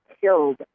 killed